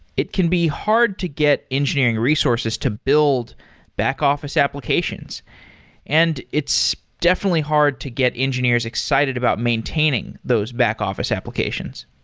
it can be hard to get engineering resources to build back-office applications and it's definitely hard to get engineers excited about maintaining those back-office applications.